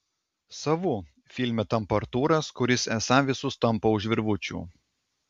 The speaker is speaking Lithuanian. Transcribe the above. savu filme tampa artūras kuris esą visus tampo už virvučių